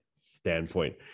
standpoint